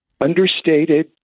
Understated